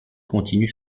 continue